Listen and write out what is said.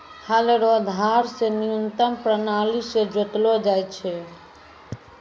हल रो धार से न्यूतम प्राणाली से जोतलो जाय छै